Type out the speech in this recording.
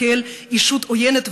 כאל ישות עוינת,